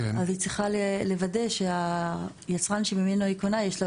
אז היא צריכה לוודא שהיצרן שממנו היא קונה יש לו